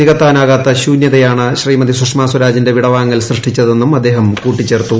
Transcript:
നികത്താനാകാത്ത ശൂനൃതയാണ് ശ്രീമതി സുഷമ സ്വരാജിന്റെ വിടവാങ്ങൾ സൃഷ്ടിച്ചതെന്നും അദ്ദേഹം കൂട്ടിച്ചേർത്തു